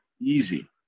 easy